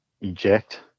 eject